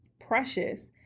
precious